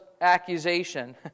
accusation